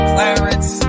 Clarence